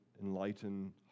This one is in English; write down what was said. enlighten